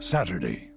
Saturday